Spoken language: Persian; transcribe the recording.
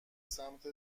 سمت